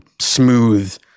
smooth